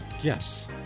Yes